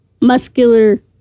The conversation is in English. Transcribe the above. muscular